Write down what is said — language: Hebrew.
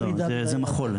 זה מחול.